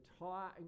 entire